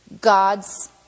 god's